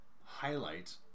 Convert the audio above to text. highlight